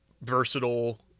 versatile